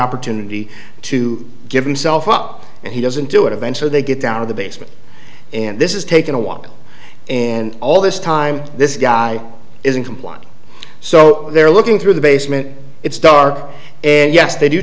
opportunity to give himself up and he doesn't do it eventually they get down to the basement and this is taking a walk and all this time this guy is in compliance so they're looking through the basement it's dark and yes they do